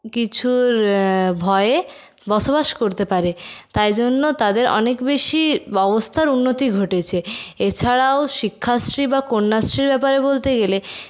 কিছুর ভয়ে বসবাস করতে পারে তাই জন্য তাদের অনেক বেশি অবস্থার উন্নতি ঘটেছে এছাড়াও শিক্ষাশ্রী বা কন্যাশ্রীর ব্যাপারে বলতে গেলে